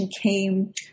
came